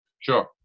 Sure